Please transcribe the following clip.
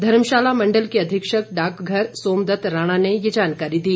धर्मशाला मण्डल के अधीक्षक डाकघर सोमदत्त राणा ने ये जानकारी दी